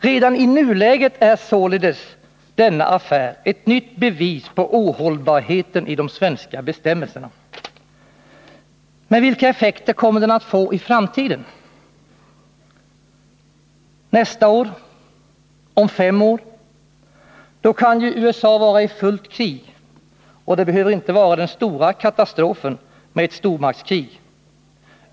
Redar i nuläget är således denna affär ett nytt bevis på ohållbarheten i de svenska bestämmelserna. Men vilka effekter kommer den att få i framtiden? Nästa år? Om fem år? Då kan ju USA vara i fullt krig. Och det behöver inte vara den stora katastrofen i form av ett stormaktskrig.